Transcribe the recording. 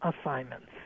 assignments